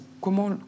comment